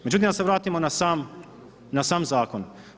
Međutim, da se vratimo na sam zakon.